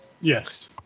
Yes